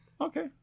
Okay